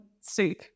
soup